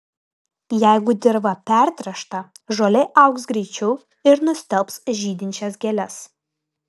jeigu dirva pertręšta žolė augs greičiau ir nustelbs žydinčias gėles